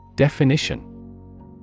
Definition